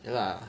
ya lah